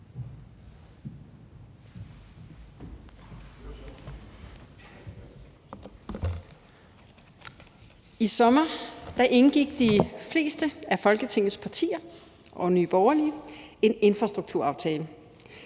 I sommer indgik de fleste af Folketingets partier og Nye Borgerlige en infrastrukturaftale